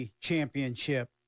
championship